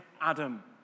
Adam